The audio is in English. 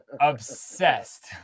obsessed